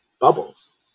bubbles